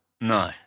No